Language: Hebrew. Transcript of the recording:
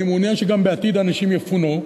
ואני מעוניין שגם בעתיד אנשים יפונו,